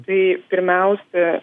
tai pirmiausia